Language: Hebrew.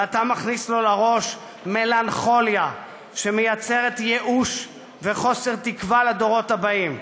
ואתה מכניס לו לראש מלנכוליה שיוצרת ייאוש וחוסר תקווה לדורות הבאים.